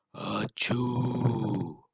Achoo